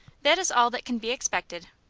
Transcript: that is all that can be expected.